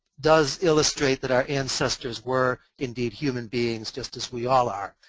does illustrate that our ancestors were indeed human beings just as we all are.